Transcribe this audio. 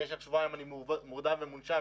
במשך שבועיים אני מורדם ומונשם,